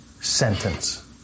sentence